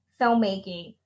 filmmaking